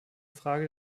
frage